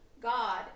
God